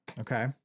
Okay